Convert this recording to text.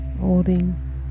holding